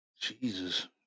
jesus